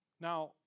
Now